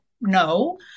No